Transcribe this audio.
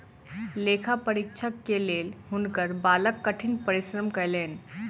लेखा परीक्षक के लेल हुनकर बालक कठिन परिश्रम कयलैन